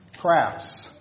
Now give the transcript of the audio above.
crafts